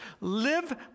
Live